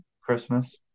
Christmas